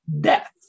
death